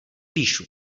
píšu